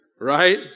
Right